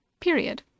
Period